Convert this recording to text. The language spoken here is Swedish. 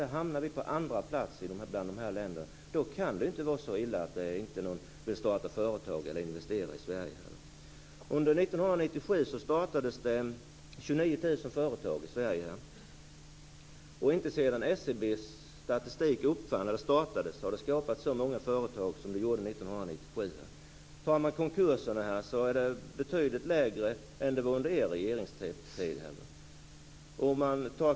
Där hamnar Sverige på andra plats bland dessa länder. Då kan det inte vara så illa att starta företag eller investera i Sverige. Inte sedan SCB:s statistik började samlas in har det startats så många företag som under 1997. Det har varit betydligt färre konkurser än under er regeringstid.